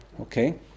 Okay